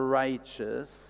righteous